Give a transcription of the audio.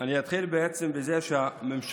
אני אתחיל בעצם בזה שהממשלה